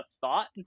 thought